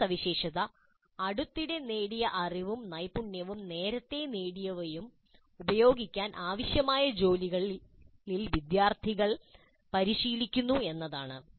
പ്രധാന സവിശേഷത അടുത്തിടെ നേടിയ അറിവും നൈപുണ്യവും നേരത്തെ നേടിയവയും ഉപയോഗിക്കാൻ ആവശ്യമായ ജോലികളിൽ വിദ്യാർത്ഥികൾ പരിശീലിക്കുന്നു എന്നതാണ്